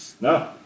No